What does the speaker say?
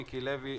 מיקי לוי,